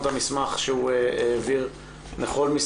אתה לא היית בכל הדיונים שניהלנו כאן בין היתר עם הצוות של